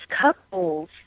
couples